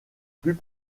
plus